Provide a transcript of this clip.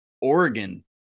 Oregon